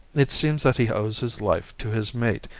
it seems that he owes his life to his mate,